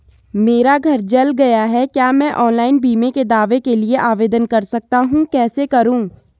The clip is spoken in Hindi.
मेरा घर जल गया है क्या मैं ऑनलाइन बीमे के दावे के लिए आवेदन कर सकता हूँ कैसे करूँ?